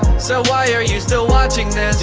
so why are you still watching this